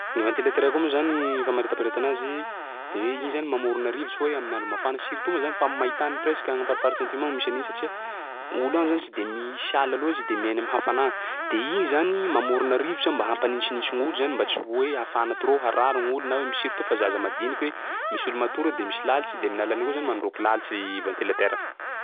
Ny ventilateur koa moa zany ny famariparitana azy de iny zany mamorona rivotsy hoe amin'ny andro mafana surtout moa zany fa am'maintany presque agny am'farifaritsy antimo agny misy an'iny satsia olo any zany tsy de misy ala loatsy de miainy am'hafanà. De igny zany mamorona rivotsa mba hampanintsinintsy gn'olo zany mba tsy hoe hafana trop, harary gn'olo na hoe surtout fa zaza madiniky hoe misy olo matory eo de misy lalitsy de amin'ny alalan'iny koa zany mandroaky lalitsy i ventilateur.